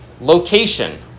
Location